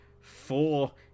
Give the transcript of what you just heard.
four